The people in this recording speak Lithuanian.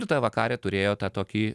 ir ta vakarė turėjo tą tokį